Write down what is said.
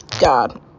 God